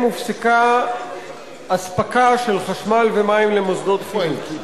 הופסקה אספקה של חשמל ומים למוסדות חינוך.